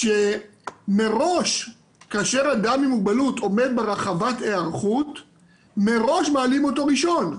שמראש כאשר אדם עם מוגבלות עומד ברחבת היערכות מעלים אותו ראשון.